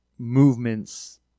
movements